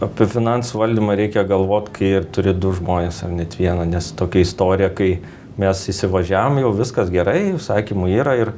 apie finansų valdymą reikia galvot kai turi du žmones ar net vieną nes tokia istorija kai mes įsivažiavom jau viskas gerai užsakymų yra ir